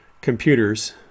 computers